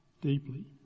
deeply